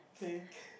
okay